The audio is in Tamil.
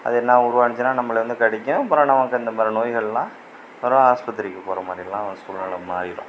அது எல்லா உருவாணுச்சின்னா நம்பளை வந்து கடிக்கும் அப்புறம் நமக்கு அந்த மாதிரி நோய்கள்லாம் அப்புறம் ஆஸ்பத்திரிக்கு போகிற மாதிரிலாம் சூல்நிலை மாறிவிடும்